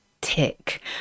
tick